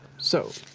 so